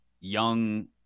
young